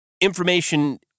information